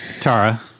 Tara